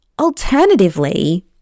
Alternatively